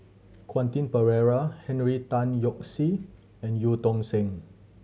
Quentin Pereira Henry Tan Yoke See and Eu Tong Sen